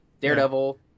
Daredevil